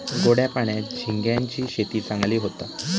गोड्या पाण्यात झिंग्यांची शेती चांगली होता